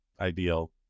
ideal